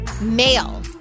male